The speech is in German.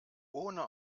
ohne